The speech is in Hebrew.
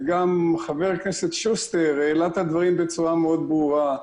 גם חבר הכנסת שוסטר העלה את הדברים בצורה מאוד ברורה.